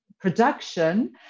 production